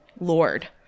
Lord